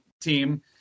team